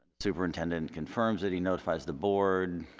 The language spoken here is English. superintendent confirms that he notifies the board,